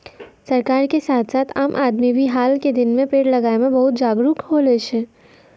सरकार के साथ साथ आम आदमी भी हाल के दिनों मॅ पेड़ लगाय मॅ बहुत जागरूक होलो छै